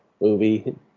movie